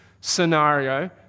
scenario